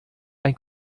ein